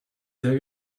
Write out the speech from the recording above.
sehr